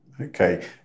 Okay